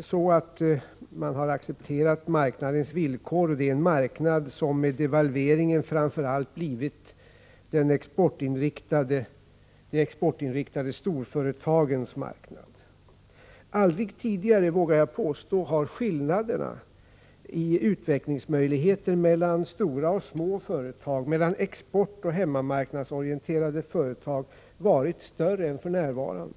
så att man har accepterat marknadens villkor, och det är en marknad som med devalveringen framför allt blivit de exportinriktade storföretagens marknad. Aldrig tidigare, vågar jag påstå, har skillnaderna i utvecklingsmöjligheter mellan stora och små företag, mellan exportoch hemmamarknadsorienterade företag varit större än för närvarande.